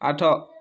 ଆଠ